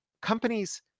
companies